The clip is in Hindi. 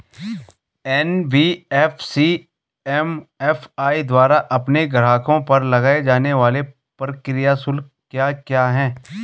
एन.बी.एफ.सी एम.एफ.आई द्वारा अपने ग्राहकों पर लगाए जाने वाले प्रक्रिया शुल्क क्या क्या हैं?